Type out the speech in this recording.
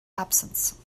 absence